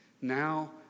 Now